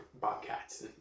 bobcats